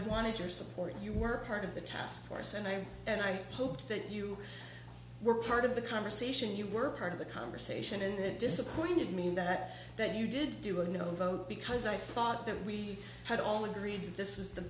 wanted your support and you were part of the task force and i and i hope that you were part of the conversation you were part of the conversation and it disappointed me that that you didn't do a no vote because i thought that we had all agreed that this was the